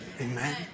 Amen